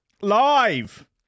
live